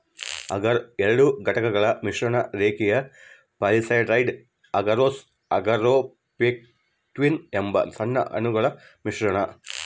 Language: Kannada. ಅಗರ್ ಎರಡು ಘಟಕಗಳ ಮಿಶ್ರಣ ರೇಖೀಯ ಪಾಲಿಸ್ಯಾಕರೈಡ್ ಅಗರೋಸ್ ಅಗಾರೊಪೆಕ್ಟಿನ್ ಎಂಬ ಸಣ್ಣ ಅಣುಗಳ ಮಿಶ್ರಣ